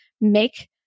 make